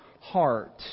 heart